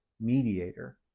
mediator